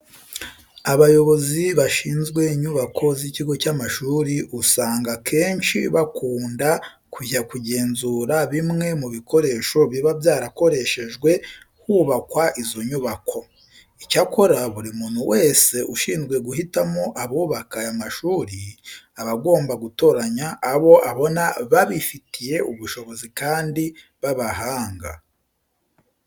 Abayobozi bashinzwe inyubako z'ikigo cy'amashuri usanga akenshi bakunda kujya kugenzura bimwe mu bikoresho biba byarakoreshejwe hubakwa izo nyubako. Icyakora, buri muntu wese ushinzwe guhitamo abubaka aya mashuri aba agomba gutoranya abo abona babifitiye ubushobozi kandi b'abahanga.